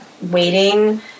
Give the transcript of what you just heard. waiting